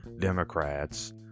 Democrats